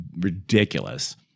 ridiculous